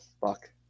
fuck